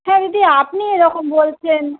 হ্যাঁ দিদি আপনি এ রকম বলছেন